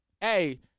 Hey